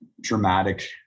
dramatic